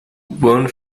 bahn